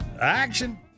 action